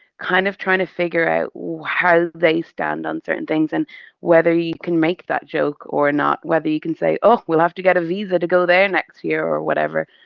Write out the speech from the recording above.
kind of trying to figure out how they stand on certain things and whether you can make that joke or not, whether you can say, oh, we'll have to get a visa to go there next year or whatever,